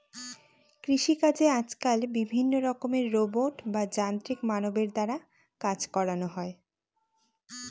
কৃষিকাজে আজকাল বিভিন্ন রকমের রোবট বা যান্ত্রিক মানবের দ্বারা কাজ করানো হয়